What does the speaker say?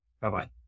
Bye-bye